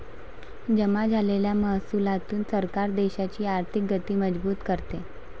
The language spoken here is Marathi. जमा झालेल्या महसुलातून सरकार देशाची आर्थिक गती मजबूत करते